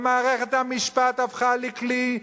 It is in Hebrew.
אבל מערכת המשפט הפכה לכלי,